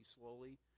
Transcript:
slowly